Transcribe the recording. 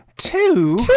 two